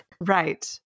right